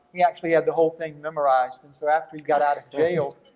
he actually had the whole thing memorized. and so after he got out of jail,